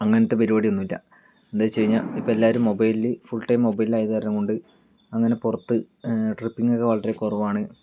അങ്ങനത്തെ പരുപാടിയൊന്നമില്ല എന്താ എന്ന് വെച്ച് കഴിഞ്ഞാൽ ഇപ്പോൾ എല്ലാവരും മൊബൈലിൽ ഫുൾ ടൈം മൊബൈലിലായ കാരണം കൊണ്ട് അങ്ങനെ പുറത്ത് ട്രിപ്പിങ്ങ് ഒക്കെ വളരെ കുറവാണ്